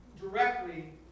directly